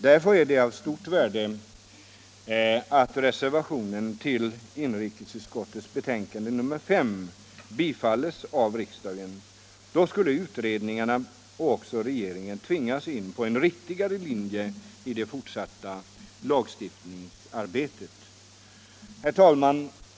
Därför är det av stort värde om reservationen vid inrikesutskottets betänkande nr 5 bifalles av riksdagen. Då skulle utredningar och också regeringen tvingas in på en riktigare linje i det fortsatta lagstiftningsarbetet. Herr talman!